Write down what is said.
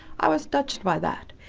i was touched by that.